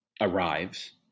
arrives